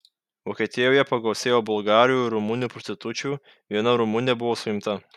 vokietijoje pagausėjo bulgarių ir rumunių prostitučių viena rumunė buvo suimta